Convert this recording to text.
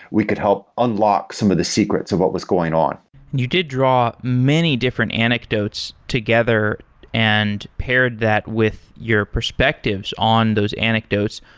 we could help unlock some of the secrets of what was going on you did draw many different anecdotes together and paired that with your perspectives on those anecdotes.